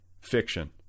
fiction